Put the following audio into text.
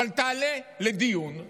אבל תעלה לדיון,